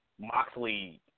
Moxley